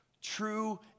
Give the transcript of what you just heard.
true